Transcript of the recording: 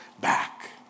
back